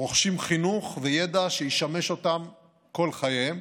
רוכשים חינוך וידע שישמשו אותם כל חייהם.